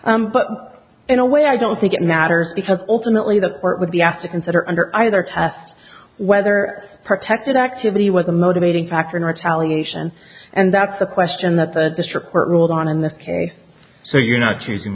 sorts but in a way i don't think it matters because ultimately the court would be asked to consider under either test whether protected activity was the motivating factor in retaliation and that's a question that the district court ruled on in this case so you're not choosing